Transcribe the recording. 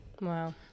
Wow